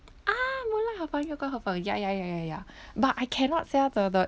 ah moonlight hor fun ya ya ya ya ya but I cannot sia the the